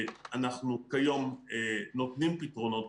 כיום אנחנו נותנים פתרונות,